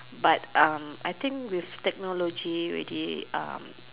but um I think with technology ready um